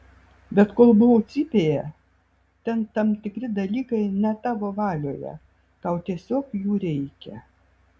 bet kol buvau cypėje ten tam tikri dalykai ne tavo valioje tau tiesiog jų reikia